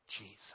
Jesus